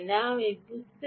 আমি বুঝতে চাই